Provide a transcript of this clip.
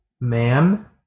man